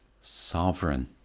sovereign